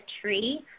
tree